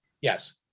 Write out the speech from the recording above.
Yes